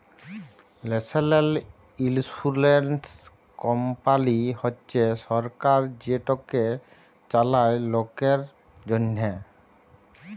national ইলসুরেলস কমপালি হছে সরকার যেটকে চালায় লকের জ্যনহে